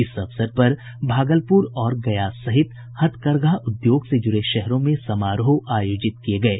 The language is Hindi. इस अवसर पर भागलपुर और गया सहित हथकरघा उद्योग से जुड़े शहरों में समारोह आयोजित किये गये